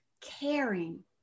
caring